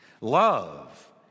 love